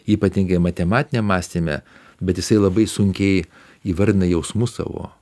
ypatingai matematiniam mąstyme bet jisai labai sunkiai įvardina jausmus savo